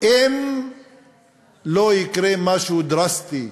אם לא יקרה משהו דרסטי,